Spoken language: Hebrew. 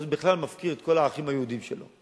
הוא בכלל מפקיר את כל הערכים היהודיים שלו.